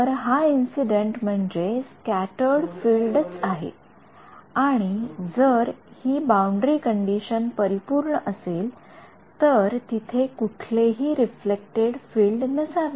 तर हा इंसिडेंट म्हणजे स्क्याटर्ड फील्ड च आहे अँड जर हि हि बाउंडरी कंडिशन परिपूर्ण असेल तर तिथे कुठलेही रिफ्लेक्टड फील्ड नसावे